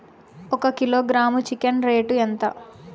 ఒక kilogram chicken rate ఎంత?